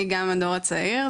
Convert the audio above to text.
אני גם הדור הצעיר,